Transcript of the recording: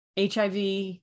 HIV